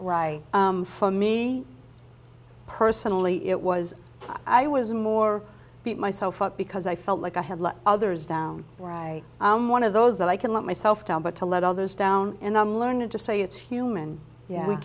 right for me personally it was i was more beat myself up because i felt like i had let others down or i one of those that i can let myself down but to let others down and i'm learning to say it's human y